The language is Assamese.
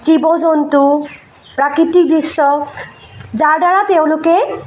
জীৱ জন্তু প্ৰাকৃতিক দৃশ্য যাৰ দ্বাৰা তেওঁলোকে